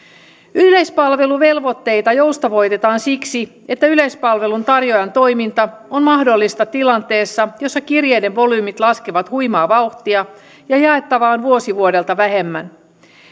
yleispalveluvelvoitteita joustavoitetaan siksi että yleispalvelun tarjoajan toiminta on mahdollista tilanteessa jossa kirjeiden volyymit laskevat huimaa vauhtia ja jaettavaa on vuosi vuodelta vähemmän